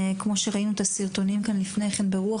כמו שראינו את הסרטונים כאן לפני: "ברוח,